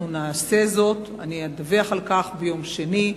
אנחנו נעשה זאת ואני אדווח על כך ביום שני.